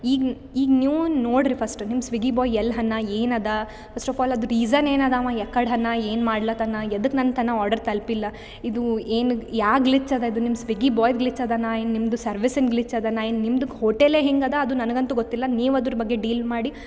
ಈಗ ಈಗ ನೀವು ನೋಡ್ರಿ ಫಸ್ಟ್ ನಿಮ್ಮ ಸ್ವಿಗ್ಗಿ ಬೊಯ್ ಎಲ್ಹಾನ ಏನದ ಫಸ್ಟ ಆಫ್ ಆಲ್ ಅದು ರೀಸನ್ ಏನದೆ ಅವ ಯಾಕಡ್ ಹನ ಏನು ಮಾಡ್ಲಹತನ ಯದಕ್ ನಂತನಾ ಆರ್ಡರ್ ತಲುಪಿಲ್ಲಾ ಇದು ಏನು ಯಾ ಗ್ಲಿಚ್ ಅದ ನಿಮ್ಮ ಸ್ವಿಗ್ಗಿ ಬೊಯ್ ಗ್ಲೀಚ್ ಅದನ ಇನ್ನು ನಿಮ್ದು ಸರ್ವಿಸಿನ ಗ್ಲಿಚ್ ಅದನ ಏನು ನಿಮ್ದು ಹೋಟೆಲೇ ಹಿಂಗೆ ಅದ ಅದು ನನಗೆ ಅಂತು ಗೊತ್ತಿಲ್ಲ ನೀವು ಅದ್ರ ಬಗ್ಗೆ ಡೀಲ್ ಮಾಡಿ